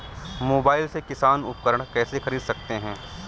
Mobile से किसान उपकरण कैसे ख़रीद सकते है?